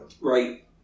Right